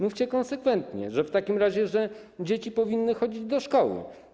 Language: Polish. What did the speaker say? Mówcie konsekwentnie, że w takim razie dzieci powinny chodzić do szkoły.